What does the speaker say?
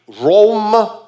Rome